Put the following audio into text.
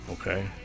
okay